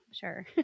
sure